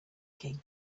king